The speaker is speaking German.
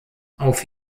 auf